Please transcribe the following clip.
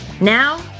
now